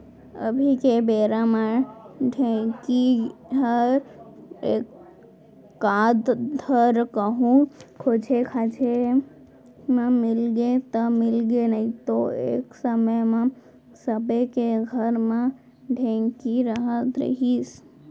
अभी के बेरा म ढेंकी हर एकाध धर कहूँ खोजे खाजे म मिलगे त मिलगे नइतो एक समे म सबे के घर म ढेंकी रहत रहिस